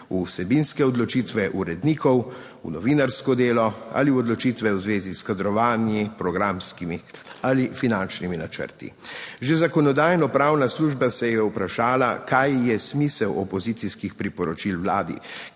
v vsebinske odločitve urednikov v novinarsko delo ali v odločitve v zvezi s kadrovanji, programskimi ali finančnimi načrti. Že Zakonodajno-pravna služba se je vprašala, kaj je smisel opozicijskih priporočil vladi,